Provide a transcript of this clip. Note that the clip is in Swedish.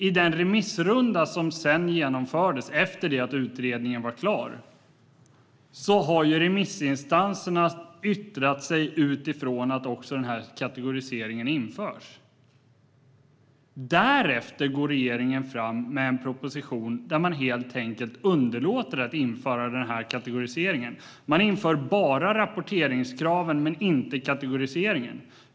I den remissrunda som genomfördes efter det att utredningen var klar har remissinstanserna yttrat sig utifrån att den här kategoriseringen införs. Därefter går regeringen fram med en proposition där den helt enkelt underlåter att införa kategoriseringen. Man inför bara rapporteringskraven, inte kategoriseringen.